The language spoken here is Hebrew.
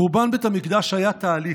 חורבן בית המקדש היה תהליך.